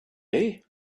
day